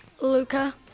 Luca